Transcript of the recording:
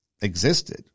existed